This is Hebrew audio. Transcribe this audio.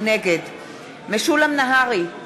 נגד משולם נהרי,